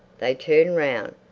they turned round.